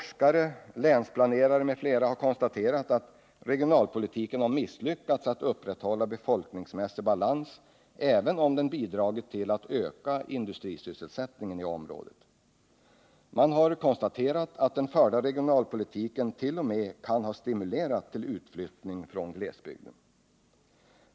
Forskare, länsplanerare m.fl. har konstaterat att regionalpolitiken har misslyckats att upprätthålla befolkningsmässig balans, även om den bidragit till att öka industrisysselsättningen i området. Man har konstaterat att den förda regionalpolitiken t.o.m. kan ha stimulerat till utflyttning från glesbygden.